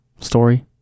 Story